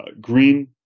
green